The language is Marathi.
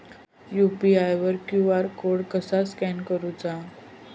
यू.पी.आय वर क्यू.आर कोड कसा स्कॅन करूचा?